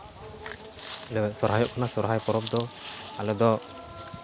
ᱥᱚᱨᱦᱟᱭᱚᱜ ᱠᱟᱱᱟ ᱥᱚᱨᱦᱟᱭ ᱯᱚᱨᱚᱵᱽ ᱫᱚ ᱟᱞᱮᱫᱚ